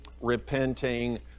repenting